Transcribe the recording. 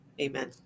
Amen